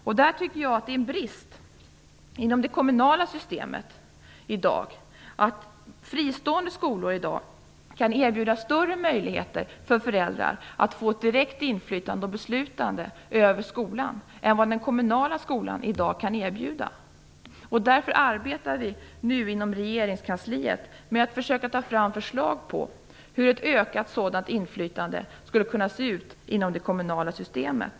Jag tycker det är en brist inom det kommunala systemet i dag att fristående skolor kan erbjuda större möjligheter för föräldrar att få ett direkt inflytande och beslutande över skolan än vad den kommunala skolan i dag kan erbjuda. Därför arbetar vi nu inom regeringskansliet med att försöka ta fram förslag på hur ett ökat sådant inflytande skulle kunna se ut inom det kommunala systemet.